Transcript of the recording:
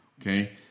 Okay